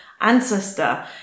ancestor